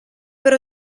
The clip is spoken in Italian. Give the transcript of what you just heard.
per